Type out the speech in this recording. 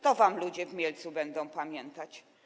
To wam ludzie w Mielcu będą pamiętać.